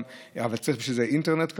אבל צריך בשביל זה אינטרנט,